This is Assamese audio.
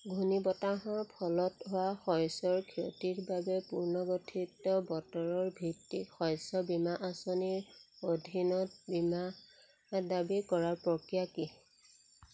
ঘূৰ্ণীবতাহৰ ফলত হোৱা শস্যৰ ক্ষতিৰ বাবে পুৰ্নগঠিত বতৰ ভিত্তিক শস্য বীমা আঁচনিৰ অধীনত বীমা দাবী কৰাৰ প্ৰক্ৰিয়া কি